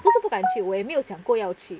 不是不敢去我也没有想过要去